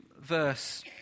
verse